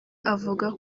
avuga